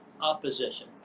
opposition